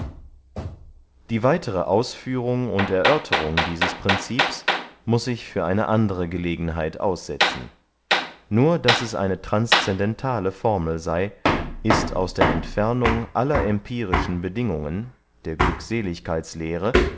die weitere ausführung und erörterung dieses princips muß ich für eine andere gelegenheit aussetzen nur daß es eine transscendentale formel sey ist aus der entfernung aller empirischen bedingungen der